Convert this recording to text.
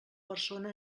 persona